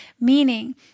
Meaning